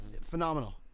Phenomenal